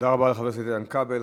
תודה רבה לחבר הכנסת איתן כבל.